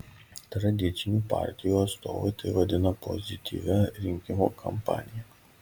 tradicinių partijų atstovai tai vadina pozityvia rinkimų kampanija